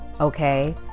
okay